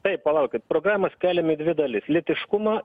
taip palaukit programą skeliam į dvi dalis lytiškumą